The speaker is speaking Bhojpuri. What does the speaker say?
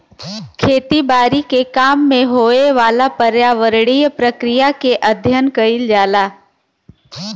खेती बारी के काम में होए वाला पर्यावरणीय प्रक्रिया के अध्ययन कइल जाला